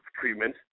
treatment